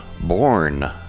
Born